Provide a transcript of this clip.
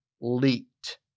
leaked